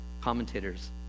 commentators